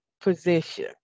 position